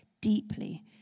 deeply